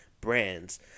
brands